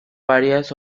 varias